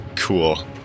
cool